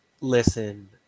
listen